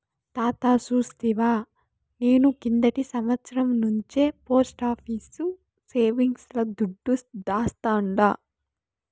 తాతా సూస్తివా, నేను కిందటి సంవత్సరం నుంచే పోస్టాఫీసు సేవింగ్స్ ల దుడ్డు దాస్తాండా